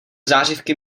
zářivky